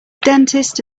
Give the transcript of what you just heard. dentist